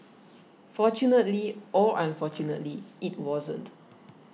fortunately or unfortunately it wasn't